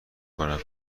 کنم